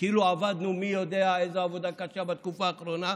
כאילו עבדנו מי יודע איזו עבודה קשה בתקופה האחרונה.